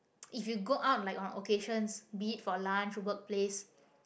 if you go out like on occasions be it for lunch workplace